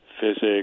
physics